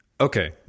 Okay